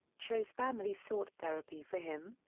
cho's family sought therapy for him,